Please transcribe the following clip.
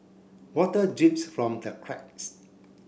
water drips from the cracks